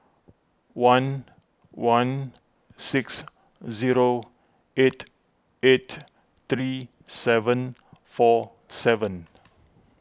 one one six zero eight eight three seven four seven